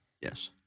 Yes